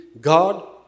God